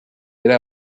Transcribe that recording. era